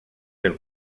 del